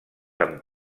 amb